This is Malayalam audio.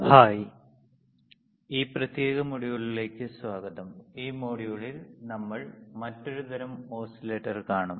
ഹായ് ഈ പ്രത്യേക മൊഡ്യൂളിലേക്ക് സ്വാഗതം ഈ മൊഡ്യൂളിൽ നമ്മൾ മറ്റൊരു തരം ഓസിലേറ്റർ കാണും